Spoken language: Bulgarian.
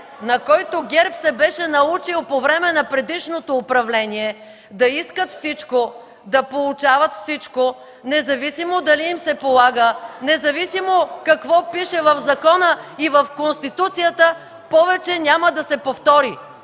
на който ГЕРБ се беше научил по време на предишното управление – да иска всичко, да получава всичко, независимо дали им се полага, независимо какво пише в закона и в Конституцията, повече няма да се повтори.